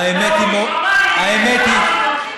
מי מכניס את הכסף?